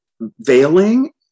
veiling